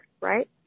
Right